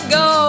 go